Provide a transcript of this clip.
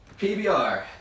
PBR